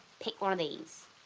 pick one of these.